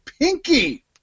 pinky